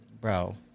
bro